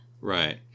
Right